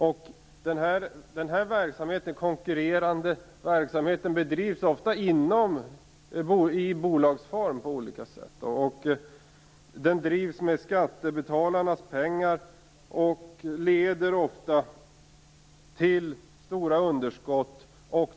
Sådan konkurrerande verksamhet bedrivs ofta på olika sätt i bolagsform. Den drivs med skattebetalarnas pengar och leder ofta till stora underskott.